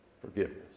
forgiveness